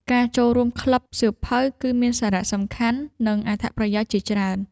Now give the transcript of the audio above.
ការចូលរួមក្លឹបសៀវភៅ គឺមានសារៈសំខាន់ និងអត្ថប្រយោជន៍ជាច្រើន។